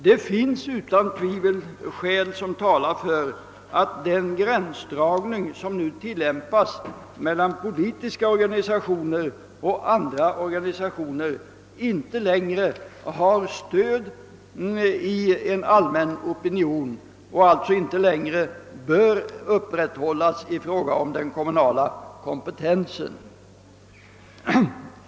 Det finns utan tvivel skäl som talar för att den gränsdragning som nu tilllämpas mellan politiska organisationer och andra organisationer inte längre har stöd i en allmän opinion och alltså inte längre bör upprätthållas i fråga om den kommunala kompetensen.